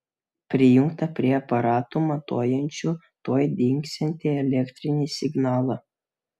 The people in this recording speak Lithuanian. prijungta prie aparatų matuojančių tuoj dingsiantį elektrinį signalą